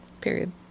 Period